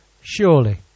Surely